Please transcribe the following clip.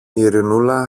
ειρηνούλα